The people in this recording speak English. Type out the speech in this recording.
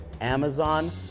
Amazon